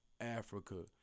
Africa